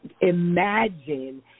imagine